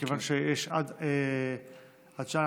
מכיוון שיש עד שעה.